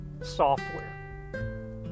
software